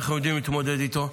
אנחנו יודעים להתמודד איתו.